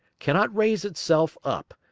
cannot raise itself up,